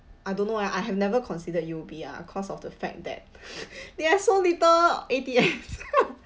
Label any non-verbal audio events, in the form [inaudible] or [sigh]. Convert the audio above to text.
I don't know eh I have never considered U_O_B ah cause of the fact that [laughs] they are so little A_T_M [laughs]